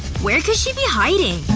where could she be hiding?